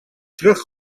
terug